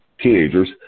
teenagers